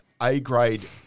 A-grade